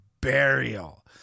burial